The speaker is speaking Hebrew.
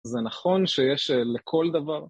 זה נכון שיש לכל דבר